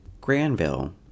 Granville